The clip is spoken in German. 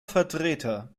vertreter